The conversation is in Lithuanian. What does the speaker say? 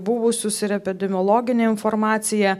buvusius ir epidemiologinę informaciją